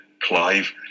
Clive